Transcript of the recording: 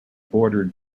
bordered